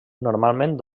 normalment